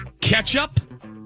Ketchup